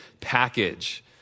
package